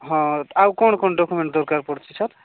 ହଁ ଆଉ କ'ଣ କ'ଣ ଡକୁମେଣ୍ଟ୍ ଦରକାର ପଡ଼ୁଛି ସାର୍